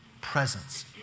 presence